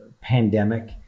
pandemic